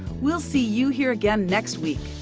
we'll see you here again next week.